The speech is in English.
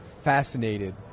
fascinated